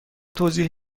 توضیح